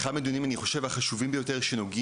אני חושב שמדובר